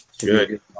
Good